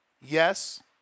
Yes